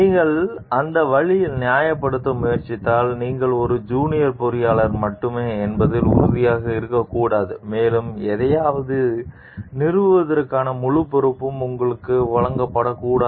நீங்கள் அந்த வழியில் நியாயப்படுத்த முயற்சித்தால் நீங்கள் ஒரு ஜூனியர் பொறியாளர் மட்டுமே என்பதில் உறுதியாக இருக்கக்கூடாது மேலும் எதையாவது நிறுவுவதற்கான முழு பொறுப்பும் உங்களுக்கு வழங்கப்படக்கூடாது